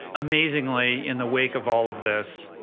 amazingly, in the wake of all of this,